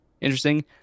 interesting